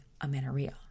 amenorrhea